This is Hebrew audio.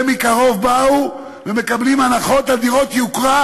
מקרוב באו מקבלים הנחות על דירות יוקרה,